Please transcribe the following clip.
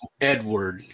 Edward